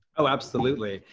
oh absolutely.